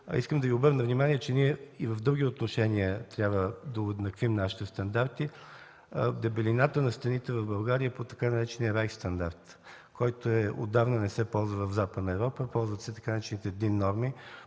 Искам да Ви обърна внимание, че ние и в други отношения трябва да уеднаквим нашите стандарти. Дебелината на стените в България е по така наречения „Райх стандарт“, който отдавна не се ползва в Западна Европа. Ползват се така наречените „бинг норми“,